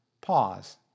Pause